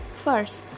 first